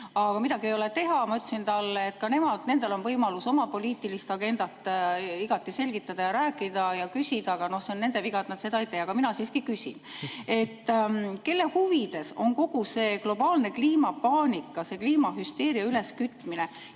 Midagi ei ole teha. Ma ütlesin talle, et ka nendel on võimalus oma poliitilist agendat igati selgitada, rääkida ja küsida, aga see on nende viga, et nad seda ei tee. Aga ma siiski küsin. Kelle huvides on kogu see globaalne kliimapaanika, see kliimahüsteeria üleskütmine